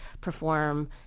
perform